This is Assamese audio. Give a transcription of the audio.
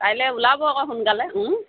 কাইলৈ ওলাব আকৌ সোনকালে